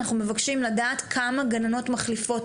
אנחנו מבקשים לדעת כמה גננות מחליפות